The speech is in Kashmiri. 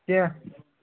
کیٚنٛہہ